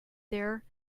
there